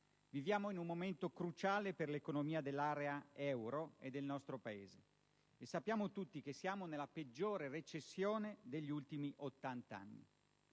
Viviamo in un momento cruciale per l'economia dell'area euro e del nostro Paese e sappiamo tutti che ci troviamo nella peggiore recessione degli ultimi 80 anni.